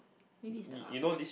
maybe stuck